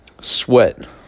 sweat